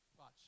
Watch